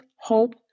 hope